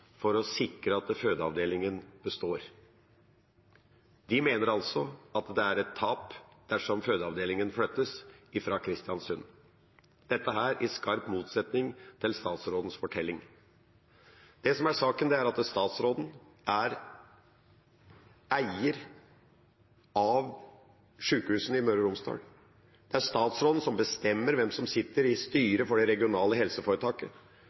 for å sikre at fødeavdelingen består. De mener altså at det er et tap dersom fødeavdelingen flyttes fra Kristiansund. Dette er i skarp motsetning til statsrådens fortelling. Det som er saken, er at statsråden er eier av sykehusene i Møre og Romsdal. Det er statsråden som bestemmer hvem som sitter i styret for det regionale helseforetaket,